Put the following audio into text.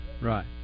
right